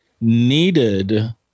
needed